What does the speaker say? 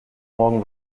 morgen